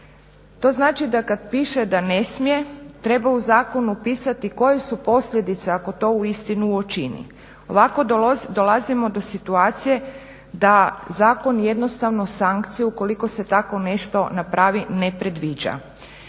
To znači da kada piše da ne smije treba u zakonu pisati koje su posljedice ako to uistinu učini. Ovako dolazimo do situacije da zakon jednostavno sankcije ukoliko se tako nešto napravi ne predviđa.